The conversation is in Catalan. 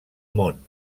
món